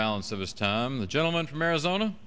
balance of this time the gentleman from arizona